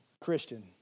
Christian